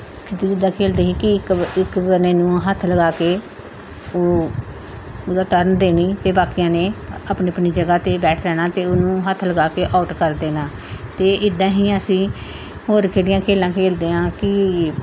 ਖਿੱਦੂ ਜਿੱਦਾਂ ਖੇਡਦੇ ਸੀ ਕੀ ਇੱਕ ਇੱਕ ਜਣੇ ਨੂੰ ਹੱਥ ਲਗਾ ਕੇ ਊ ਉਹਦਾ ਟਰਨ ਦੇਣੀ ਅਤੇ ਬਾਕੀਆਂ ਨੇ ਆਪਣੀ ਆਪਣੀ ਜਗ੍ਹਾ 'ਤੇ ਬੈਠ ਰਹਿਣਾ ਅਤੇ ਉਹਨੂੰ ਹੱਥ ਲਗਾ ਕੇ ਆਊਟ ਕਰ ਦੇਣਾ ਅਤੇ ਇੱਦਾਂ ਹੀ ਅਸੀਂ ਹੋਰ ਖੇਡੀਆਂ ਖੇਡਾਂ ਖੇਡਦੇ ਹਾਂ ਕਿ